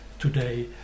today